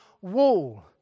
wall